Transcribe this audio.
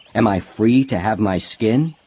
am i free to have my skin?